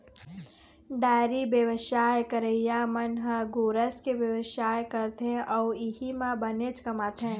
dairy बेवसाय करइया मन ह गोरस के बेवसाय करथे अउ इहीं म बनेच कमाथे